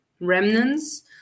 remnants